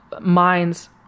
minds